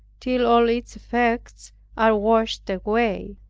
till all its effects are washed away.